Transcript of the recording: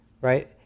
right